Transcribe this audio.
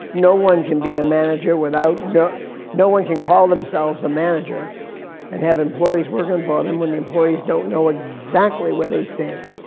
no one can be a manager without, no no one can call themselves a manager and have employees working and for ah them when the employees don't know exactly where they stand,